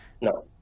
no